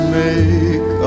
make